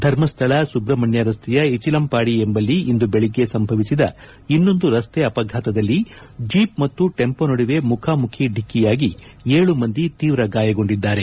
ಧರ್ಮಸ್ಥಳ ಸುಬ್ರಹ್ಮಣ್ಯ ರಸ್ತೆಯ ಇಚಿಲಂಪಾಡಿ ಎಂಬಲ್ಲಿ ಇಂದು ಬೆಳಗ್ಗೆ ಸಂಭವಿಸಿದ ಇನ್ನೊಂದು ರಸ್ತೆ ಅಪಘಾತದಲ್ಲಿ ಜೀಪ್ ಮತ್ತು ಟೆಂಪೊ ನಡುವೆ ಮುಖಾಮುಖಿ ಡಿಕ್ಕಿಯಾಗಿ ಏಳು ಮಂದಿ ತೀವ್ರ ಗಾಯಗೊಂಡಿದ್ದಾರೆ